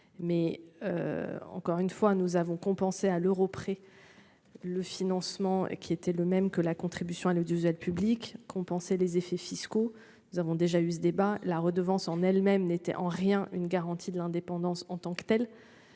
mais. Encore une fois nous avons compensé à l'euro près. Le financement qui était le même que la contribution à l'audiovisuel public, compenser les effets fiscaux. Nous avons déjà eu ce débat la redevance en elle-même n'était en rien une garantie de l'indépendance en tant que telle.